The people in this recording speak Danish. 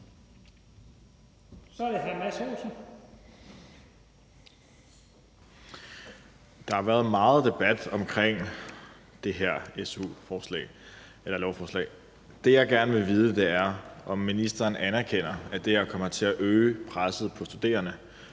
Der har været meget debat omkring det her su-lovforslag. Det, jeg gerne vil vide, er, om ministeren anerkender, at det her kommer til at øge presset på studerende.